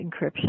encryption